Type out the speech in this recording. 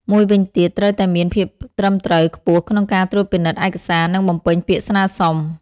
មួយវិញទៀត ត្រូវតែមានភាពត្រឹមត្រូវខ្ពស់ក្នុងការត្រួតពិនិត្យឯកសារ និងបំពេញពាក្យស្នើសុំ។